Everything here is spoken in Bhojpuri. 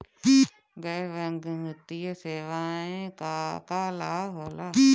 गैर बैंकिंग वित्तीय सेवाएं से का का लाभ होला?